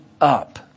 up